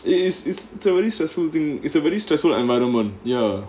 it is it's a very stressful thing it's a very stressful environment ya